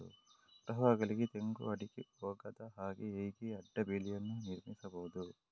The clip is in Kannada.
ಪ್ರವಾಹಗಳಿಗೆ ತೆಂಗು, ಅಡಿಕೆ ಹೋಗದ ಹಾಗೆ ಹೇಗೆ ಅಡ್ಡ ಬೇಲಿಯನ್ನು ನಿರ್ಮಿಸಬಹುದು?